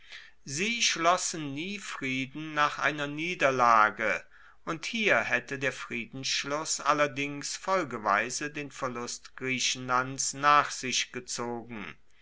sie schlossen nie frieden nach einer niederlage und hier haette der friedensschluss allerdings folgeweise den verlust griechenlands nach sich gezogen